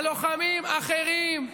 הלוחמים אחרים,